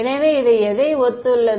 எனவே அது எதை ஒத்துள்ளது